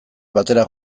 batera